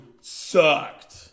sucked